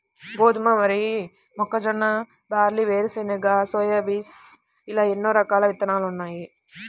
గోధుమ, వరి, మొక్కజొన్న, జొన్న, బార్లీ, వేరుశెనగ, సోయాబీన్ ఇలా ఎన్నో రకాల విత్తనాలున్నాయి